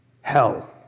hell